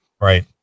Right